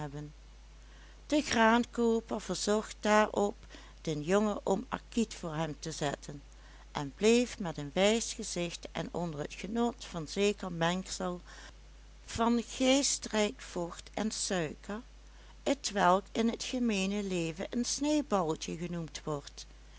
de graankooper verzocht daarop den jongen om acquit voor hem te zetten en bleef met een wijs gezicht en onder het genot van zeker mengsel van geestrijk vocht en suiker t welk in t gemeene leven een sneeuwballetje genoemd wordt